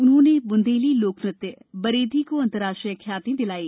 उन्होंने बुंदेली लोकनृत्य बरेदी को अंतरराष्ट्रीय ख्याति दिलाई